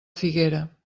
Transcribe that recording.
figuera